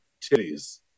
titties